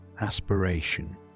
aspiration